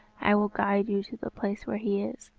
i will guide you to the place where he is.